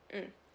mm